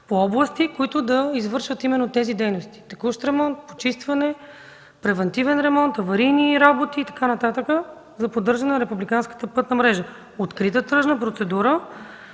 по области, които да извършат именно тези дейности – текущ ремонт, почистване, превантивен ремонт, аварийни работи и така нататък, за поддържане на републиканската пътна мрежа. Открита тръжна процедура,